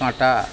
কাঁটা